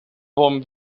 bon